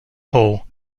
hall